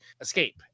escape